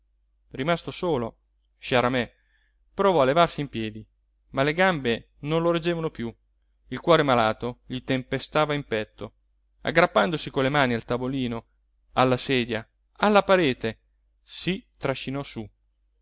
svergognato rimasto solo sciaramè provò a levarsi in piedi ma le gambe non lo reggevano piú il cuore malato gli tempestava in petto aggrappandosi con le mani al tavolino alla sedia alla parete si trascinò su